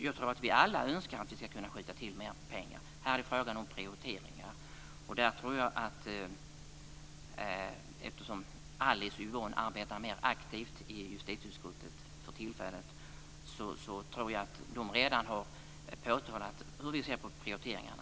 Jag tror att vi alla önskar att vi ska kunna skjuta till mer pengar, men här är det är fråga om prioriteringar. Eftersom Alice Åström och Yvonne Oscarsson arbetar mer aktivt i justitieutskottet tror jag att de redan har redogjort för hur vi ser på prioriteringarna.